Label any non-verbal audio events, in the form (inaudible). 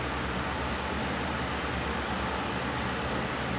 but okay lah at least something you know compared to like (noise) nothing at all